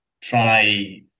try